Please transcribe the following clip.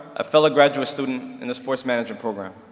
a fellow graduate student in the sport management program.